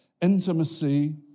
intimacy